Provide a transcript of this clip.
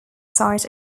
site